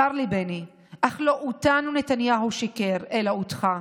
צר לי, בני, אך לא לנו נתניהו שיקר, אלא לך.